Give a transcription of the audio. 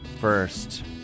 first